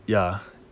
ya